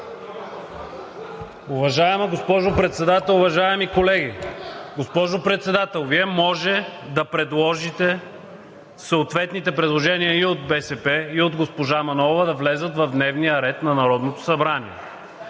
Уважаема госпожо Председател, уважаеми колеги! Госпожо Председател, Вие може да предложите съответните предложения от БСП и от госпожа Манолова да влязат в дневния ред на Народното събрание.